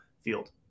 field